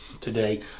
today